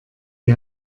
die